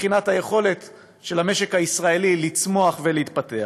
מבחינת היכולת של המשק הישראלי לצמוח ולהתפתח,